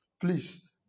Please